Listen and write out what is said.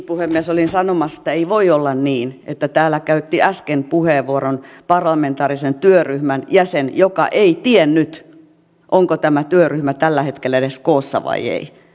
puhemies olin sanomassa että ei voi olla niin että täällä käytti äsken puheenvuoron parlamentaarisen työryhmän jäsen joka ei tiennyt onko tämä työryhmä tällä hetkellä edes koossa vai ei